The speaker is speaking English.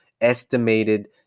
estimated